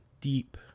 deep